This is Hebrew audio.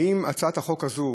האם הצעת החוק הזו